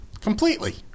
Completely